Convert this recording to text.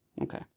okay